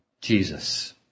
Jesus